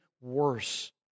worse